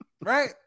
Right